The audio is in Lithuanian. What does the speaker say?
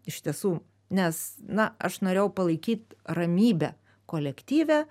iš tiesų nes na aš norėjau palaikyt ramybę kolektyve